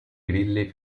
grilli